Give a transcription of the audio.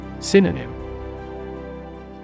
Synonym